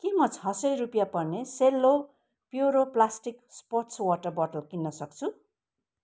के म छ सय रुपियाँ पर्ने Cello Puro plastic sports water bottle किन्न सक्छु